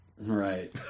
right